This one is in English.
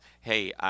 hey